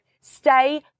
stay